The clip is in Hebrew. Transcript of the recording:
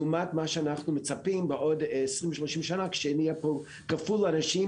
לעומת מה שאנחנו מצפים בעוד 20 ו-30 שנה שנהיה פה כפול אנשים,